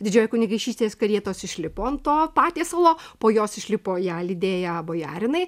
didžioji kunigaikštystės karietos išlipo ant to patiesalo po jos išlipo ją lydėję bojarinai